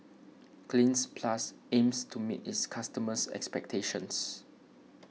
Cleanz Plus aims to meet its customers' expectations